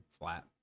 flat